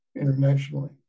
Internationally